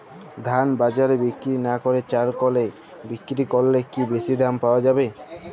ধান বাজারে বিক্রি না করে চাল কলে বিক্রি করলে কি বেশী দাম পাওয়া যাবে?